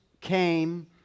came